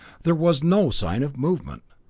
there was no sign of movement.